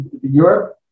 Europe